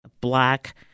Black